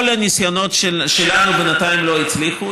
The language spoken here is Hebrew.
כל הניסיונות שלנו בינתיים לא הצליחו.